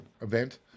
event